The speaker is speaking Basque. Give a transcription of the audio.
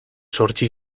zortzi